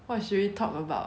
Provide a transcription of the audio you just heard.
what should we talk about